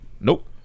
Nope